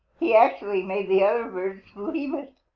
he actually made the other birds believe it.